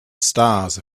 stars